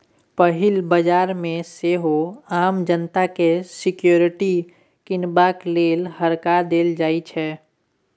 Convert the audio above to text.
पहिल बजार मे सेहो आम जनता केँ सिक्युरिटी कीनबाक लेल हकार देल जाइ छै